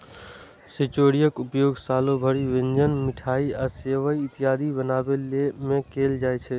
चिरौंजीक उपयोग सालो भरि व्यंजन, मिठाइ आ सेवइ इत्यादि बनाबै मे कैल जाइ छै